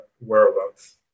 whereabouts